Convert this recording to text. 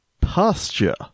Pasture